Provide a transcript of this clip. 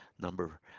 number